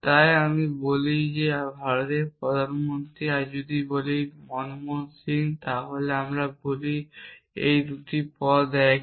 তাই আমি যদি বলি ভারতের প্রধানমন্ত্রী আর যদি বলি মনমোহন সিং তাহলে আমি বলি এই দুটি পদ একই